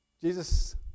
Jesus